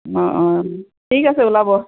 অঁ অঁ ঠিক আছে ওলাব